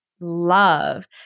love